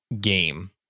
game